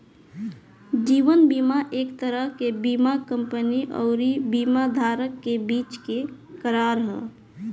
जीवन बीमा एक तरह के बीमा कंपनी अउरी बीमा धारक के बीच के करार ह